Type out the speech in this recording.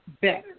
better